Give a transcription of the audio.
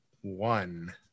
one